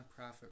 nonprofit